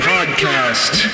Podcast